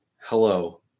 hello